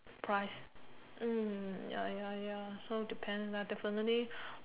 price mm ya ya ya so depends ah definitely